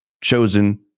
chosen